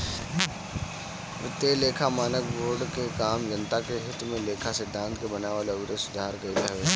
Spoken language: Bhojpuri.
वित्तीय लेखा मानक बोर्ड के काम जनता के हित में लेखा सिद्धांत के बनावल अउरी सुधार कईल हवे